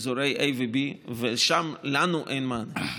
אזורי A ו-B, ושם לנו אין מענה.